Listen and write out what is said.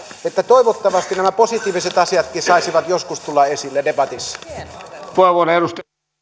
toivottavasti nämä positiiviset asiatkin saisivat joskus tulla esille debatissa